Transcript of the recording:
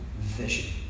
vision